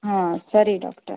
ಹಾಂ ಸರಿ ಡಾಕ್ಟರ್